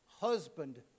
husband